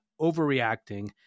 overreacting